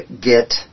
get